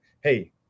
hey